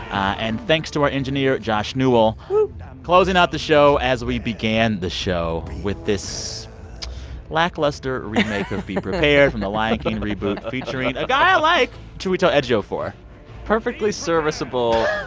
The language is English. and thanks to our engineer josh newell woo closing out the show as we began the show with this lackluster remake. of be prepared from the lion king reboot, featuring a guy i like chiwetel ejiofor perfectly serviceable